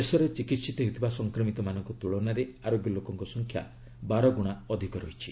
ଦେଶରେ ଚିକିିିତ ହେଉଥିବା ସଂକ୍ରମିତମାନଙ୍କ ତୁଳନାରେ ଆରୋଗ୍ୟ ଲୋକଙ୍କ ସଂଖ୍ୟା ବାରଗୁଣା ଅଧିକ ରହିଛି